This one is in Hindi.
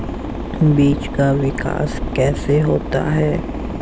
बीज का विकास कैसे होता है?